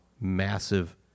massive